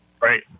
Right